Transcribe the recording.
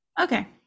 okay